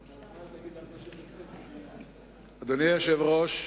149. אדוני היושב-ראש,